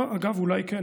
אגב, אולי כן?